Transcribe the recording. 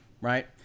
right